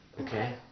Okay